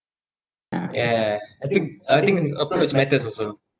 yeah I think uh I think approach matters also